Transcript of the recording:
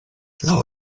laŭ